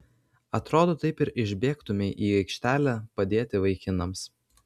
atrodo taip ir išbėgtumei į aikštelę padėti vaikinams